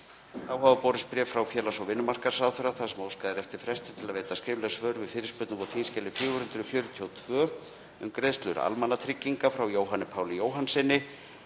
Þá hafa borist bréf frá félags- og vinnumarkaðsráðherra þar sem óskað er eftir fresti til þess að veita skrifleg svör við fyrirspurnum á þskj. 442, um greiðslur almannatrygginga, frá Jóhanni Páli Jóhannssyni,